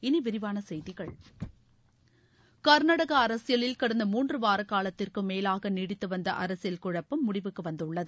இனி விரிவான செய்திகள் கர்நாடக அரசியலில் கடந்த மூன்று வார காலத்திற்கும் மேலாக நீடித்து வந்த அரசியல் குழப்பம் முடிவுக்கு வந்துள்ளது